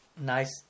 nice